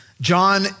John